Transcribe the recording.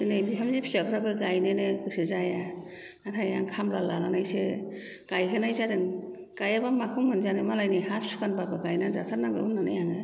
दिनै बिहामजो फिसाफ्राबो गायनोनो गोसो जाया नाथाय आं खामला लानानैसो गायहोनाय जादों गायाबा माखौ मोनजानो मालायनि हा सुखानबाबो गायनानै जाथारनांगौ होननानै आङो